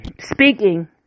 speaking